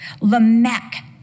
Lamech